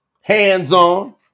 hands-on